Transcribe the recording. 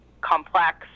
complex